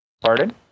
Pardon